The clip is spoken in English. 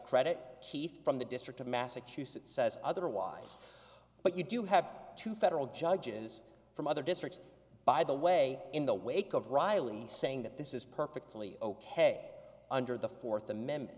credit key from the district of massachusetts says otherwise but you do have two federal judges from other districts by the way in the wake of riley saying that this is perfectly ok under the fourth amendment